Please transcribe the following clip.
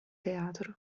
teatro